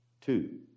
Two